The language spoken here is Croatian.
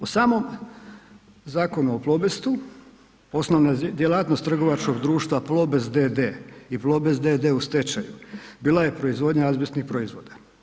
U samom zakonu o Plobestu, osnovna djelatnost trgovačkog društva Plobest d.d. i Plobest d.d. u stečaju, bila je proizvodnja azbestnih proizvoda.